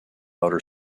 outer